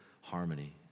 harmony